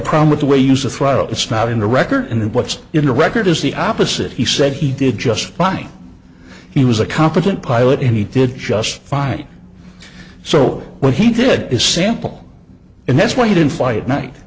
problem with the way use the throat it's not in the record and what's in the record is the opposite he said he did just fine he was a competent pilot and he did just fine so what he did is sample and that's why he didn't fly at night